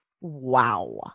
Wow